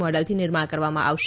મોડલથી નિર્માણ કરવામાં આવશે